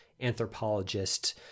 anthropologist